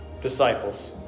disciples